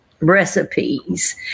recipes